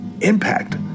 impact